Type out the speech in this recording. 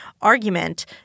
argument